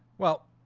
well,